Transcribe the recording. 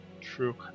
True